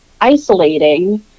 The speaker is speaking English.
isolating